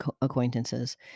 acquaintances